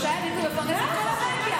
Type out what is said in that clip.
שלושה ימים זה מפרנס את כל המדיה.